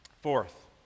Fourth